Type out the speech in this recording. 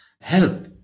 help